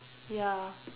ya